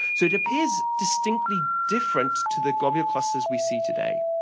so it appears distinctly different to the globular clusters we see today.